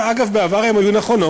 אגב, בעבר הן היו נכונות,